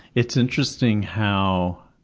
it's interesting how,